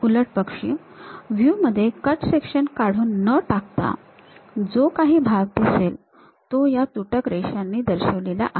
उलटपक्षी वरील व्ह्यू मध्ये कट सेक्शन काढून न टाकता जो काही भाग दिसेल तो ह्या तुटक रेषांनी दर्शविलेला आहे